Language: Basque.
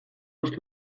uste